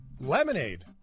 lemonade